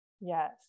Yes